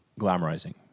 glamorizing